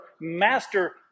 master